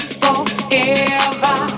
forever